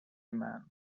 man